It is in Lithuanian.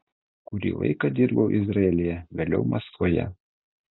kurį laiką dirbau izraelyje vėliau maskvoje